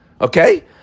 Okay